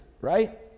right